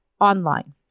online